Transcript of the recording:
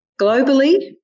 Globally